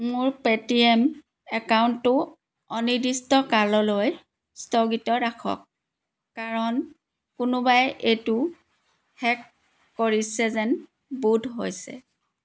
মোৰ পে'টিএম একাউণ্টটো অনিৰ্দিষ্টকাললৈ স্থগিত ৰাখক কাৰণ কোনোবাই এইটো হেক কৰিছে যেন বোধ হৈছে